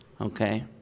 Okay